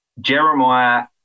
Jeremiah